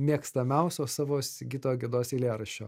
mėgstamiausio savo sigito gedos eilėraščio